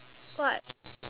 what